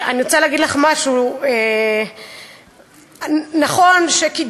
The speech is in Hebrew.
אני רוצה להגיד לך משהו: נכון שקידמתי